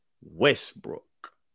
Westbrook